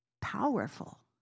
Powerful